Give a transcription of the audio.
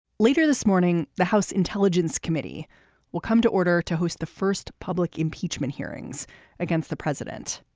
later this morning the house intelligence committee will come to order to host the first public impeachment hearings against the president.